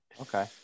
Okay